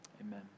Amen